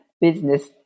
business